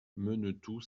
menetou